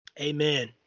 Amen